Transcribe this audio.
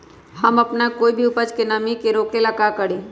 हम अपना कोई भी उपज के नमी से रोके के ले का करी?